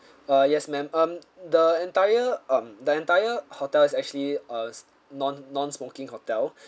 uh yes ma'am um the entire um the entire hotel is actually uh non non-smoking hotel